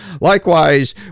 Likewise